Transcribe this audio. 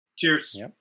Cheers